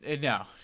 no